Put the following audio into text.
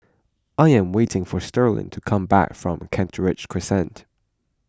I am waiting for Sterling to come back from Kent Ridge Crescent